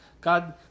God